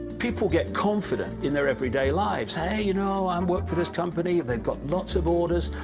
people get confident in their everyday lives hey, you know, i um work for this company, they got lots of orders,